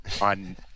on